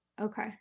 Okay